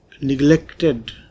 neglected